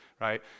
right